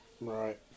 right